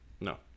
no